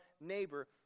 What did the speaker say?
neighbor